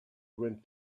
went